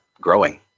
growing